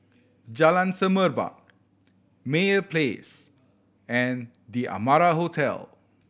Jalan Semerbak Meyer Place and The Amara Hotel